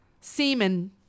Semen